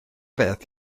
beth